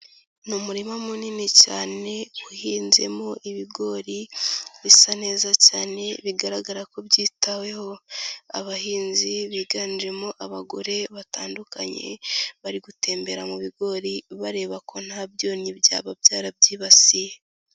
Ni umurima munini cyane uhinzemo ibigori bisa neza cyane bigaragara ko byitaweho, abahinzi biganjemo abagore batandukanye bari gutembera mu bigori bareba ko nta byonnyi byaba byarabyibasiye.